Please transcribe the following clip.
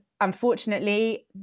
unfortunately